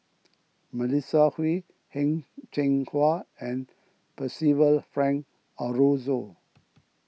Melissa Kwee Heng Cheng Hwa and Percival Frank Aroozoo